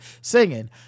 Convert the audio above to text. singing